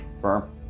firm